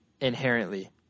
inherently